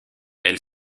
elle